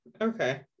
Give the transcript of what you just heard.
okay